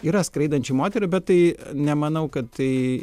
yra skraidančių moterų bet tai nemanau kad tai